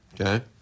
Okay